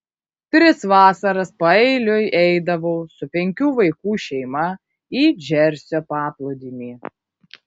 tris vasaras paeiliui eidavau su penkių vaikų šeima į džersio paplūdimį